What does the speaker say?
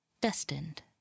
destined